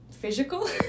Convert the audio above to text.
physical